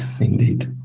indeed